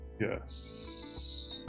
Yes